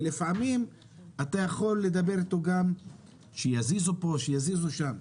ולפעמים אתה יכול לדבר איתו שיזיזו פה ושם.